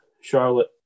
Charlotte